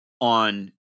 on